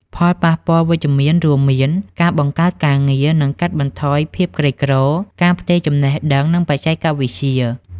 ផលប៉ះពាល់វិជ្ជមានរួមមាន ការបង្កើតការងារ និងកាត់បន្ថយភាពក្រីក្រ ការផ្ទេរចំណេះដឹង និងបច្ចេកវិទ្យា។